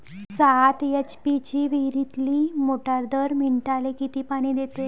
सात एच.पी ची विहिरीतली मोटार दर मिनटाले किती पानी देते?